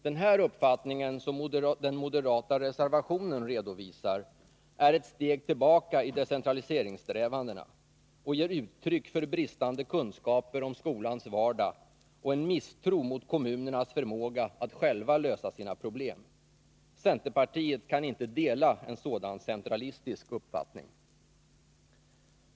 Den här uppfattningen, som den moderata reservationen redovisar, är ett steg tillbaka i decentraliseringssträvandena och ger uttryck för bristande kunskaper om skolans vardag och en misstro mot kommunernas förmåga att själva lösa sina problem. Centerpartiet kan inte dela en sådan centralistisk uppfattning.